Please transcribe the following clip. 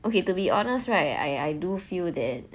okay to be honest right I I do feel that